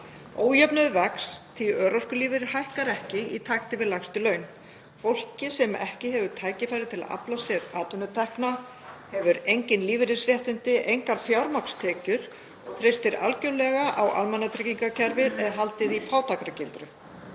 Ójöfnuður vex því að örorkulífeyrir hækkar ekki í takti við lægstu laun. Fólki sem ekki hefur tækifæri til að afla sér atvinnutekna, hefur engin lífeyrisréttindi, engar fjármagnstekjur og treystir algerlega á almannatryggingakerfið er haldið í fátæktargildru.